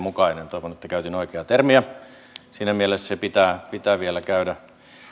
mukainen toivon että käytin oikeaa termiä siinä mielessä se pitää pitää vielä käydä